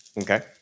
Okay